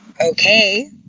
okay